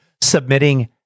Submitting